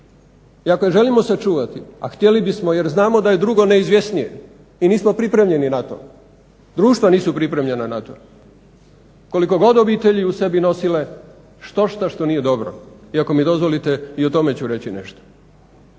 i ako je želimo sačuvati, a htjeli bismo jer znamo da je drugo neizvjesnije i nismo pripremljeni na to, društva nisu pripremljena na to, koliko god obitelji u sebi nosile štošta što nije dobro i ako mi dozvolite i o tome ću reći nešto.